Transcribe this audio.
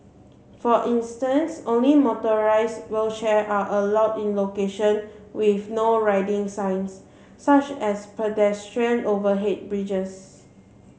for instance only motorised wheelchair are allowed in location with No Riding signs such as pedestrian overhead bridges